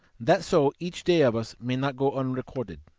that so each day of us may not go unrecorded.